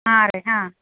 ಹಾಂ ರೀ ಹಾಂ